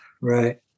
Right